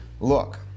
Look